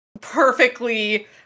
perfectly-